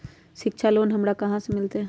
शिक्षा लोन हमरा कहाँ से मिलतै?